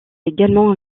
également